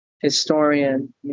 historian